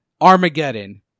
Armageddon